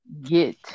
get